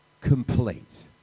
complete